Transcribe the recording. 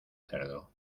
cerdo